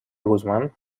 guzmán